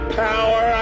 power